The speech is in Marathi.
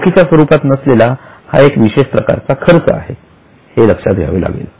रोखीच्या स्वरूपात नसलेला हा एक विशेष प्रकारचा खर्च आहे हे लक्षात घ्यावे लागेल